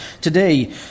today